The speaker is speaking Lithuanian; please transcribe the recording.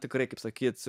tikrai kaip sakyt